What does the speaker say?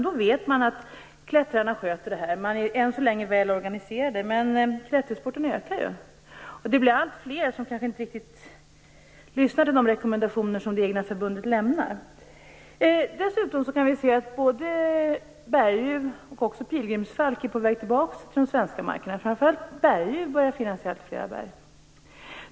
Då vet man att klättrarna sköter detta. De är än så länge väl organiserade. Men klättersporten ökar ju, och det blir alltfler som kanske inte riktigt lyssnar till de rekommendationer som det egna förbundet lämnar. Dessutom kan vi se att både berguv och pilgrimsfalk är på väg tillbaka till de svenska markerna. Framför allt börjar det finnas berguv i alltfler berg.